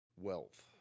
wealth